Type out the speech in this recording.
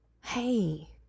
Hey